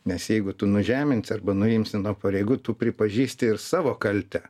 nes jeigu tu nužeminsi arba nuimsi nuo pareigų tu pripažįsti ir savo kaltę